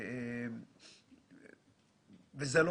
אני יודע